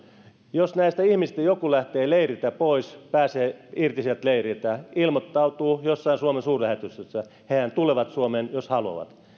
jos näistä ihmisistä joku lähtee leiriltä pois pääsee irti sieltä leiriltä ilmoittautuu jossain suomen suurlähetystössä hehän tulevat suomeen jos haluavat